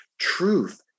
truth